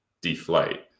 deflate